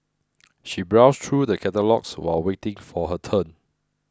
she browsed through the catalogues while waiting for her turn